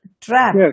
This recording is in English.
trap